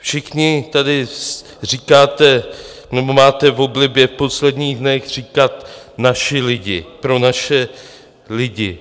Všichni tady říkáte nebo máte v oblibě v posledních dnech říkat: Naši lidi, pro naše lidi.